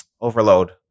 overload